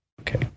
Okay